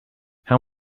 how